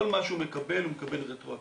כל מה שהוא מקבל, הוא מקבל רטרואקטיבית.